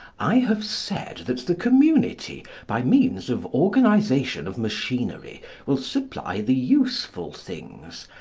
i have said that the community by means of organisation of machinery will supply the useful things,